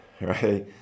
right